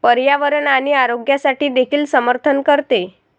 पर्यावरण आणि आरोग्यासाठी देखील समर्थन करते